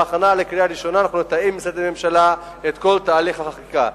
בהכנה לקריאה ראשונה אנחנו נתאם עם משרדי הממשלה את כל תהליך החקיקה.